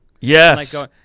Yes